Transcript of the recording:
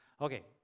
Okay